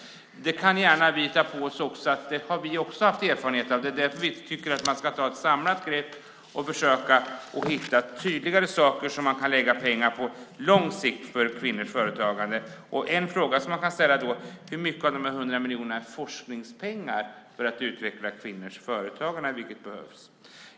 Vi har också haft erfarenhet av det, och det är därför vi tycker att man ska ta ett samlat grepp för att hitta tydligare saker att lägga pengar på långsiktigt för kvinnors företagande. En fråga som man kan ställa är: Hur mycket av de 100 miljonerna är forskningspengar för att utveckla kvinnors företagande?